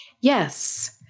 Yes